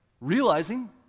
realizing